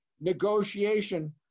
negotiation